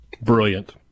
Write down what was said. brilliant